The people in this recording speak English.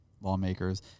lawmakers